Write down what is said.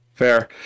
Fair